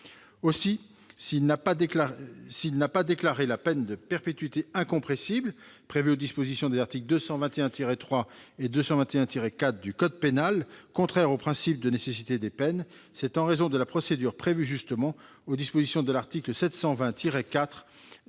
le Conseil n'a pas déclaré la peine de perpétuité incompressible, prévue par les dispositions des articles 221-3 et 221-4 du code pénal, contraire au principe de nécessité des peines, c'est en raison de la procédure prévue justement par les dispositions de l'article 720-4